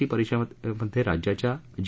T परिषदेमध्ये राज्याच्या जी